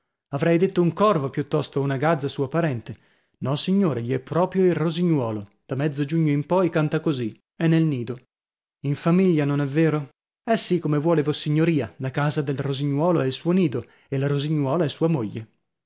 avrei detto un corvo piuttosto o una gazza sua parente nossignore gli è proprio il rosignuolo da mezzo giugno in poi canta così è nel nido in famiglia non è vero eh sì come vuole vossignoria la casa del rosignuolo è il suo nido e la rosignuola è sua moglie